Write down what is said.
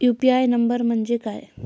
UPI number म्हणजे काय?